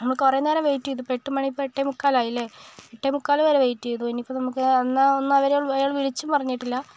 നമ്മൾ കുറേ നേരം വെയിറ്റ് ചെയ്തു ഇതിപ്പം എട്ട് മണി എട്ടേ മുക്കാലായില്ലേ എട്ടേ മുക്കാലുവരേ വെയിറ്റ് ചെയ്തു ഇനിയിപ്പം നമുക്ക് ഒന്ന് അവര് അയാള് വിളിച്ച് പറഞ്ഞിട്ടില്ല